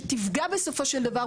שתפגע בסופו של דבר,